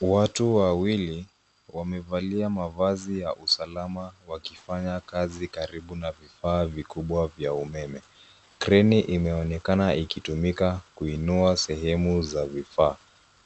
Watu wawili wamevalia mavazi ya usalama wakifanya kazi karibu na vifaa vikubwa vya umeme. Kreni imeonekana ikitumika kuinua sehemu za vifaa.